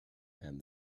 and